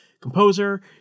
composer